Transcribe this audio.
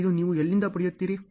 ಇದು ನೀವು ಎಲ್ಲಿಂದ ಪಡೆಯುತ್ತೀರಿ